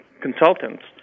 consultants